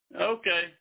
Okay